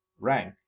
Rank